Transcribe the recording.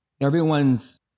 everyone's